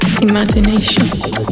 Imagination